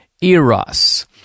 eros